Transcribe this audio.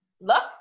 Look